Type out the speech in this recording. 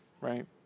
right